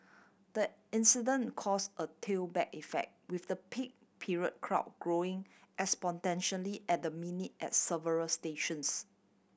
the incident caused a tailback effect with the peak period crowd growing exponentially at the minute at several stations